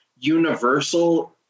universal